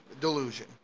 delusion